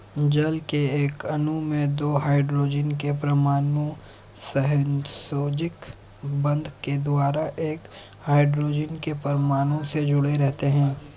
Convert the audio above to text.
जल के एक अणु में दो हाइड्रोजन के परमाणु सहसंयोजक बंध के द्वारा एक ऑक्सीजन के परमाणु से जुडे़ रहते हैं